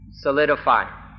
solidify